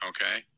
Okay